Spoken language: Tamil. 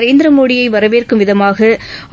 நரேந்திர மோடியை வரவேற்கும் விதமாக